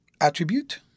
attribute